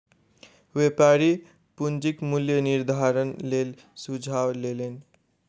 व्यापारी पूंजीक मूल्य निर्धारणक लेल सुझाव लेलैन